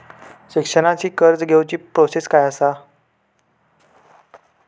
शिक्षणाची कर्ज घेऊची प्रोसेस काय असा?